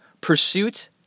pursuit